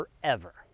forever